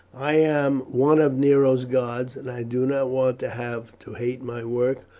i am one of nero's guards, and i do not want to have to hate my work,